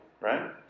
Right